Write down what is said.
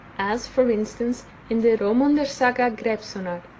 as, for instance, in the hromundar saga greypsonar,